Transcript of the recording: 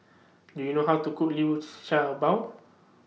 Do YOU know How to Cook Liu Sha Bao